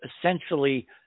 essentially